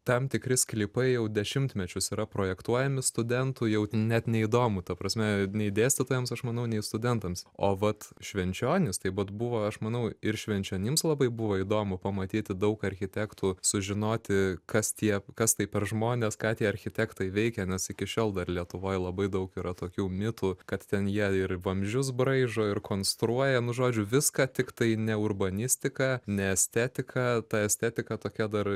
tam tikri sklypai jau dešimtmečius yra projektuojami studentų jau net neįdomu ta prasme nei dėstytojams aš manau nei studentams o vat švenčionys tai vat buvo aš manau ir švenčionims labai buvo įdomu pamatyti daug architektų sužinoti kas tie kas tai per žmonės ką tie architektai veikia nes iki šiol dar lietuvoj labai daug yra tokių mitų kad ten jie ir vamzdžius braižo ir konstruoja nu žodžiu viską tiktai ne urbanistiką ne estetiką ta estetika tokia dar